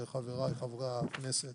לחבריי חברי הכנסת